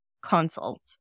consult